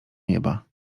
nieba